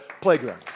Playground